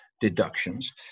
deductions